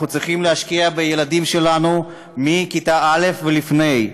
אנחנו צריכים להשקיע בילדים שלנו מכיתה א' ולפני,